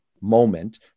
moment